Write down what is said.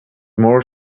more